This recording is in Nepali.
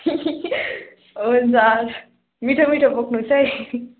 हुन्छ मिठो मिठो बोक्नु होस् है